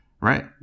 Right